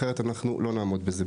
אחרת אנחנו לא נעמוד בזה.